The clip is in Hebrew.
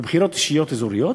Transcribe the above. בבחירות אישיות אזוריות